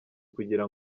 kugira